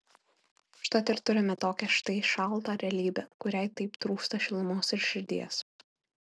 užtat ir turime tokią štai šaltą realybę kuriai taip trūksta šilumos ir širdies